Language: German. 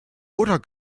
oder